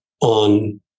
on